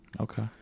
okay